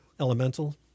Elemental